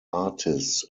artists